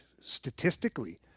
statistically